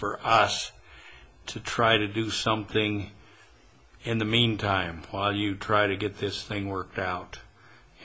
for us to try to do something in the meantime while you try to get this thing worked out